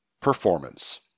Performance